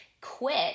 quit